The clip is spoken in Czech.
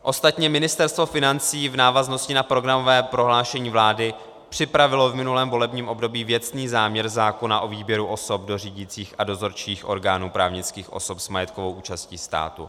Ostatně Ministerstvo financí v návaznosti na programové prohlášení vlády připravilo v minulém volebním období věcný záměr zákona o výběru osob do řídících a dozorčích orgánů právnických osob s majetkovou účastí státu.